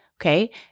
okay